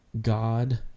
God